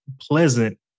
pleasant